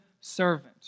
servant